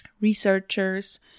researchers